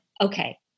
Okay